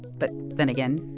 but then again,